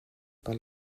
par